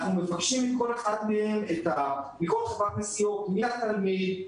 אנחנו מבקשים מכל חברת נסיעות מיהו התלמיד,